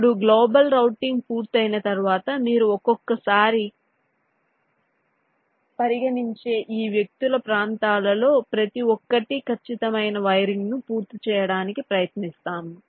ఇప్పుడు global routing పూర్తయిన తర్వాత మీరు ఒక్కొక్కసారి గా పరిగణించే ఈ వ్యక్తుల ప్రాంతాలలో ప్రతి ఒక్కటి ఖచ్చితమైన వైరింగ్ను పూర్తి చేయడానికి ప్రయత్నిస్తాము